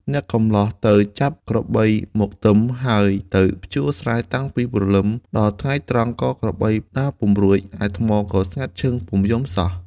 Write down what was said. អ្នកកម្លោះទៅចាប់ក្របីមកទឹម ហើយទៅភ្ជួរស្រែតាំងពីព្រលឹមដល់ថ្ងៃត្រង់ក៏ក្របីដើរពុំរួច ឯថ្មក៏ស្ងាត់ឈឹងពុំយំសោះ។